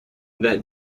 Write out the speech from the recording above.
that